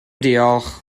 diolch